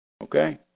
Okay